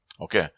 okay